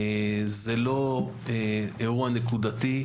זה לא אירוע נקודתי,